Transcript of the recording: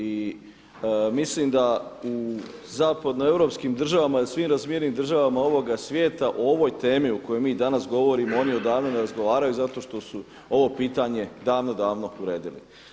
I mislim da u zapadnoeuropskim državama i svim razvijenim državama ovoga svijeta o ovoj temi o kojoj mi danas govorimo oni odavno ne razgovaraju zato što su ovo pitanje davno, davno uredili.